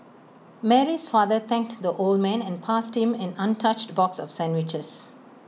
Mary's father thanked the old man and passed him an untouched box of sandwiches